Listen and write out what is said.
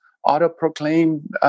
auto-proclaimed